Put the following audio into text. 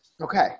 okay